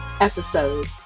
episode